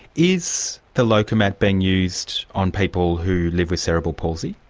is the lokomat being used on people who live with cerebral palsy?